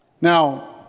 Now